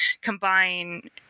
combine